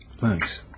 Thanks